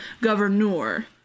governor